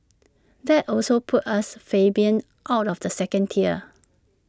that also puts us plebeians out of the second tier